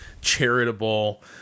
charitable